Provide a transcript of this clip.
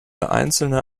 einzelne